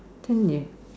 can you